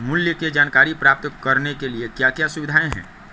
मूल्य के जानकारी प्राप्त करने के लिए क्या क्या सुविधाएं है?